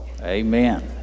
Amen